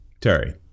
Terry